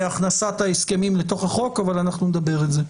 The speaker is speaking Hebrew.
בהכנסת ההסכמים לתוך החוק, אבל אנחנו נדבר על זה.